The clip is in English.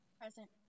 Present